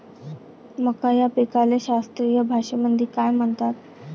मका या पिकाले शास्त्रीय भाषेमंदी काय म्हणतात?